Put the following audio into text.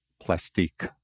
plastique